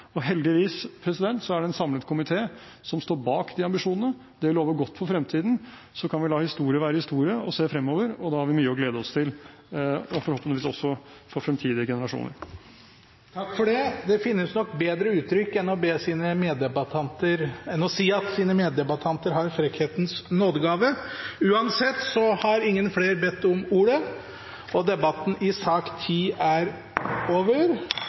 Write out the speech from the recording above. og heldigvis er det en samlet komité som står bak de ambisjonene. Det lover godt for fremtiden – så kan vi la historie være historie og se fremover, og da har vi mye å glede oss til – og forhåpentligvis også for fremtidige generasjoner. Det finnes nok bedre uttrykk enn å si om sine meddebattanter at de har «frekkhetens nådegave». Flere har ikke bedt om ordet til sak nr. 10. Etter ønske fra transport- og